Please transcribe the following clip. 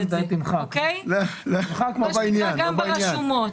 יש לך גם ברשומות.